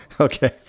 okay